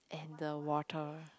and the water